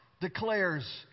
declares